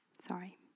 Sorry